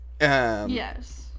Yes